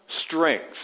strength